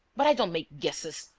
but i don't make guesses.